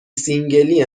سینگلی